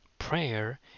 prayer